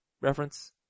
reference